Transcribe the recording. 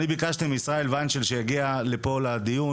ביקשתי מישראל ויינשל שיגיע לדיון.